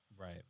Right